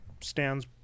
stands